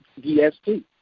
DST